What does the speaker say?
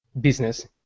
business